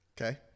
Okay